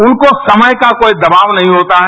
उनको समय का कोई दवाब नहीं होता है